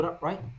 Right